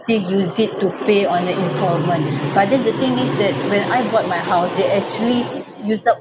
still use it to pay on the instalments but then the thing is that when I bought my house they actually use up